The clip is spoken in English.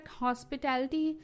hospitality